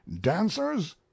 dancers